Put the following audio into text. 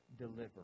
deliver